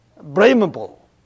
blamable